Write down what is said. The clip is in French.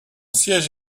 siège